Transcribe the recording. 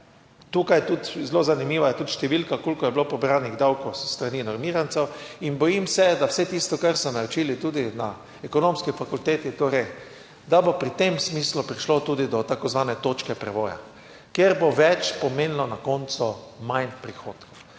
tukaj tudi, zelo zanimiva je tudi številka, koliko je bilo pobranih davkov s strani normirancev in bojim se, da vse tisto, kar so naročili tudi na Ekonomski fakulteti, torej, da bo pri tem smislu prišlo tudi do tako imenovane točke prevoja, kjer bo več pomenilo na koncu manj prihodkov.